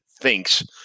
thinks